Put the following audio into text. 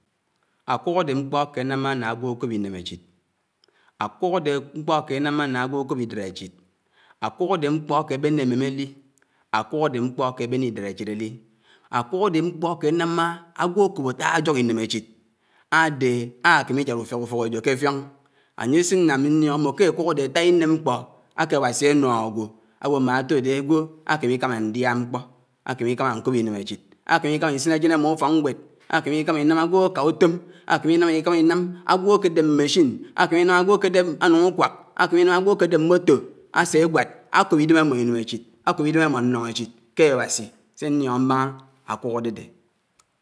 Ákúk ádé mkpó áké ánámá ná ágwò ákòk ínéméebíd, ákùk ádé mkpó áké ánám ná ágwò ákòk ídáéchíd, ákúk ádé mkpó áké abénè émém álí, ákúk ádé mkpó áké ábéné ídáéchíd álí, ákúk ádé mkpó ákè ánámá ágwó ákób átáá ákók ínéméchíd, ádé ákémí úfókéjó ké áffíóñ, áyésín ná ámí ñítñó mmó ké ákúk ádé átáá íném mkpó áké Áwosí ánóhó ágwó áwó mmátódé ágwò ákémí íkámá ñdía mkpó, ákémí íkámá ñkób ínémechid, ákémí íkáná ñsín ásén ámó ùfókñgwéd. ákóní íkámá iínám ágwò áká ùtóm, ákémí ìkámá ínám. ágwó ákédéb machine, ákéminám ágwó ákédéb ámáñ ùkwák, ákémínám ágwó ákédéb mótó ásé ágwád áwób ídém ámó ínéméchíd. ákób ídém ámó ñnoñéchid ké Áwósí sé áníóñó mbáná úbák ádédé.